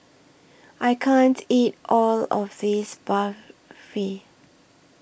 I can't eat All of This Barfi